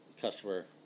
customer